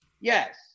Yes